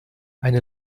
eine